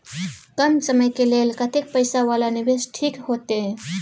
कम समय के लेल कतेक पैसा वाला निवेश ठीक होते?